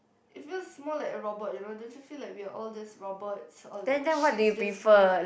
it feels more like a robot you know don't you feel like we are all just robots or like sheep's just going